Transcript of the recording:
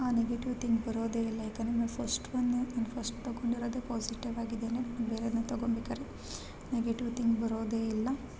ಆ negative think ಬರೋದೆ ಇಲ್ಲ ಯಾಕಂದರೆ ನನ್ನ ಫಸ್ಟ್ ಒನ್ನು ನಾನು ಫಸ್ಟ್ ತಗೊಂಡಿರೋದೆ ಪಾಝಿಟಿವ್ ಆಗಿದೆನೆ ನಾನು ಬೇರೆದನ್ನ ತಗೊಂಬೇಕಾದರೆ ನೆಗೆಟಿವ್ ತಿಂಕ್ ಬರೋದೆ ಇಲ್ಲ